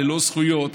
ללא זכויות.